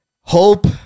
hope